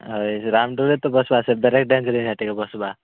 ଆଉ ଇଏ ଯୋଉ ରାମଦୋଳିରେ ତ ବସିବା ସେ ବ୍ରେକ୍ ଡ୍ୟାନ୍ସରେ ଟିକେ ବସିବା